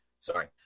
Sorry